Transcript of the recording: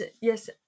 yes